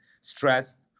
stressed